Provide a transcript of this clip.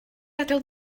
adael